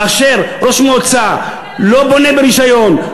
כאשר ראש מועצה לא בונה ברישיון,